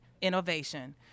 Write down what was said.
innovation